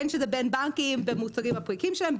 בין שזה בין בנקים במוצגים הפריקים שלהם,